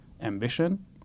ambition